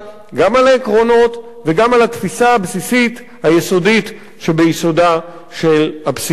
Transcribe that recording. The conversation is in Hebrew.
גם על העקרונות וגם על התפיסה הבסיסית היסודית שביסודה של הפסיקה הזאת.